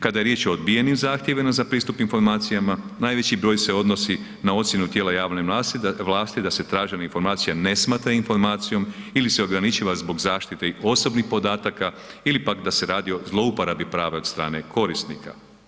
Kada je riječ o odbijenim zahtjevima za pristup informacijama, najveći broj se odnosi na ocjenu tijela javne vlasti da se tražena informacija ne smatra informacijom ili se ograničava zbog zaštite osobnih podataka ili pak da se radi o zlouporabi prava od strane korisnika.